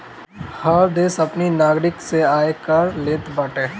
हर देस अपनी नागरिक से आयकर लेत बाटे